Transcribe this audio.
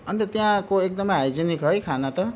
अन्त त्यहाँको एकदमै हाइजिनिक है खाना त